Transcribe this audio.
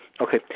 Okay